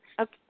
Okay